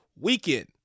weekend